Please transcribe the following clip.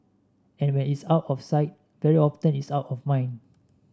and when it's out of sight very often it's out of mind